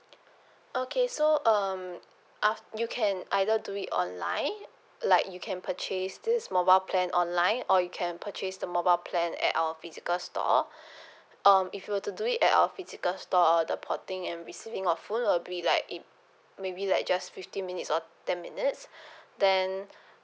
okay so um af~ you can either do it online like you can purchase this mobile plan online or you can purchase the mobile plan at our physical store um if you were to do it at our physical store the porting and receiving of phone will be like it maybe like just fifteen minutes or ten minutes then